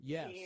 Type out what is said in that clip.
Yes